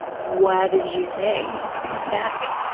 what did you say back?